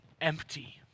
empty